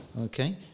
okay